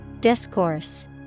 Discourse